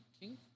King